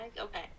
Okay